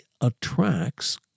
attracts